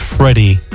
Freddie